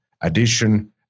addition